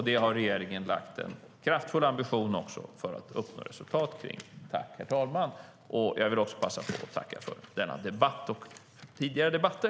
Det har regeringen en kraftfull ambition att uppnå resultat med, herr talman. Jag vill också passa på att tacka för denna debatt och tidigare debatter.